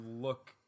look